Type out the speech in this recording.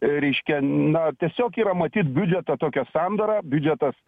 reiškia na tiesiog yra matyt biudžeto tokia sandara biudžetas